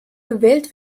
gewählt